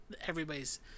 everybody's